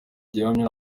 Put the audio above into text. gihamya